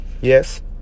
Yes